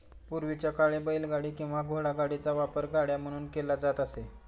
पूर्वीच्या काळी बैलगाडी किंवा घोडागाडीचा वापर गाड्या म्हणून केला जात असे